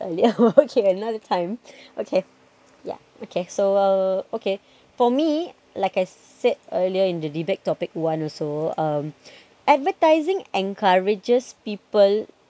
earlier okay another time okay ya okay so uh okay for me like I said earlier in the debate topic one also um advertising encourages people